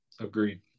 Agreed